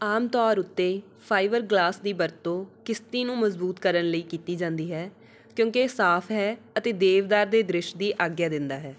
ਆਮ ਤੌਰ ਉੱਤੇ ਫਾਈਬਰਗਲਾਸ ਦੀ ਵਰਤੋਂ ਕਿਸ਼ਤੀ ਨੂੰ ਮਜ਼ਬੂਤ ਕਰਨ ਲਈ ਕੀਤੀ ਜਾਂਦੀ ਹੈ ਕਿਉਂਕਿ ਇਹ ਸਾਫ਼ ਹੈ ਅਤੇ ਦੇਵਦਾਰ ਦੇ ਦ੍ਰਿਸ਼ ਦੀ ਆਗਿਆ ਦਿੰਦਾ ਹੈ